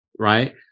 Right